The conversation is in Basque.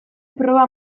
proba